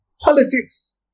Politics